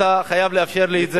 אתה חייב לאפשר לי את זה.